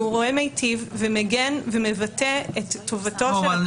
שהוא הורה מיטיב ומגן ומבטא את טובתו של הקטין.